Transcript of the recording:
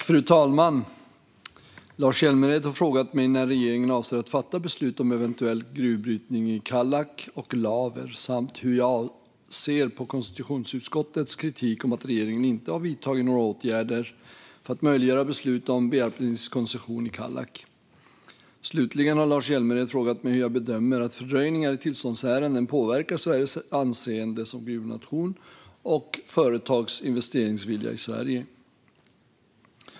Fru talman! Lars Hjälmered har frågat mig när regeringen avser att fatta beslut om eventuell gruvbrytning i Kallak och Laver samt hur jag ser på konstitutionsutskottets kritik om att regeringen inte har vidtagit några åtgärder för att möjliggöra beslut om bearbetningskoncession i Kallak. Slutligen har Lars Hjälmered frågat mig hur jag bedömer att fördröjningar i tillståndsärenden påverkar Sveriges anseende som gruvnation och företags investeringsvilja i Sverige.